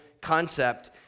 concept